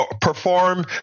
perform